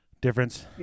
difference